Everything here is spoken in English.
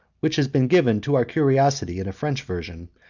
which has been given to our curiosity in a french version,